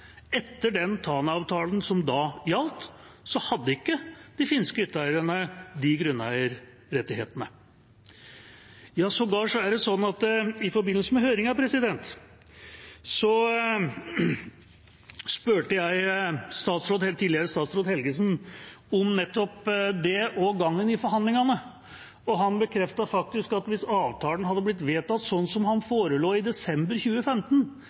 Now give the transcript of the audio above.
etter den Tana-avtalen som gjaldt, hadde ikke de finske hytteeierne de grunneierrettighetene. Sågar er det sånn at i forbindelse med høringen spurte jeg tidligere statsråd Helgesen om nettopp det og gangen i forhandlingene, og han bekreftet faktisk at hvis avtalen hadde blitt vedtatt sånn som den forelå i desember 2015,